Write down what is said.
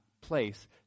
place